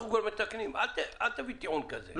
אל תביא טיעון כזה.